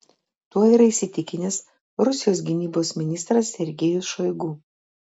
tuo yra įsitikinęs rusijos gynybos ministras sergejus šoigu